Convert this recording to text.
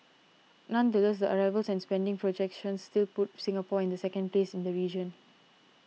nonetheless the arrivals and spending projections still put Singapore in the second place in the region